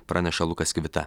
praneša lukas kivita